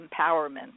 empowerment